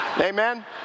Amen